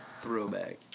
throwback